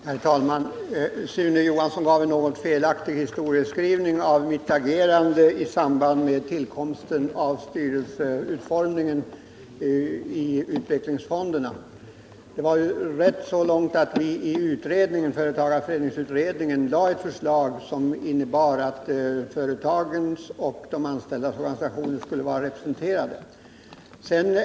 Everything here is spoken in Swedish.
Herr talman! Sune Johansson gav en något felaktig historieskrivning av mitt agerande i samband med utformningen av styrelserna för utvecklingsfonderna. Det var rätt, så långt att vi i företagareföreningsutredningen lade fram ett förslag som innebar att företagens och de anställdas organisationer skulle vara representerade.